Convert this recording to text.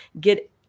get